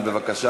הצבעה.